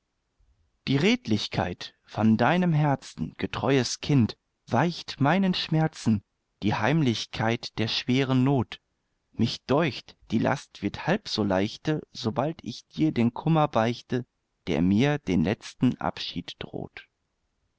die redlichkeit von deinem herzen getreues kind weicht meinen schmerzen die heimlichkeit der schweren not mich deucht die last wird halb so leichte sobald ich dir den kummer beichte der mir den letzten abschied droht